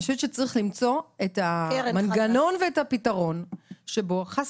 אני חושבת צריך למצוא את המנגנון ואת הפתרון שבו חס